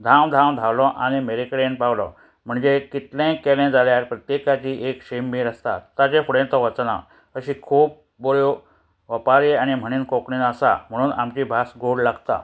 धांव धांव धांवलो आनी मेरे कडेन पावलो म्हणजे कितलेंय केलें जाल्यार प्रत्येकाची एक शीममेर आसता ताचे फुडें तो वचना अशी खूब बऱ्यो ओंपारी आनी म्हणी कोंकणीन आसा म्हणून आमची भास गोड लागता